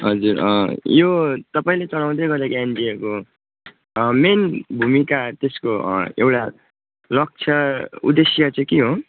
हजुर यो तपाईँले चलाउँदै गरेको एनजिओको मेन भूमिका त्यसको एउटा लक्ष्य उद्देश्य चाहिँ के हो